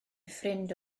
ffrind